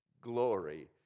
glory